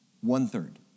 One-third